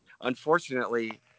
Unfortunately